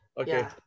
Okay